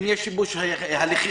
אם יש שיבוש הליכים,